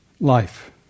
Life